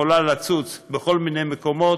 יכולה לצוץ בכל מיני מקומות,